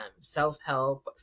self-help